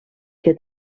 que